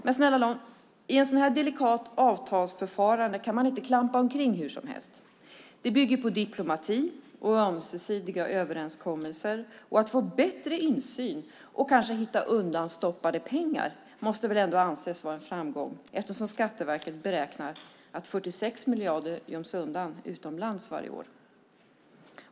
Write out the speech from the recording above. Men snälla nån, i ett sådant här delikat avtalsförfarande kan man inte klampa omkring hur som helst! Det bygger på diplomati och ömsesidiga överenskommelser. Att få bättre insyn och kanske hitta undanstoppade pengar måste väl ändå anses vara en framgång, eftersom Skatteverket beräknar att 46 miljarder göms undan utomlands varje år.